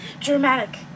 Dramatic